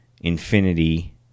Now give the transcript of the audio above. infinity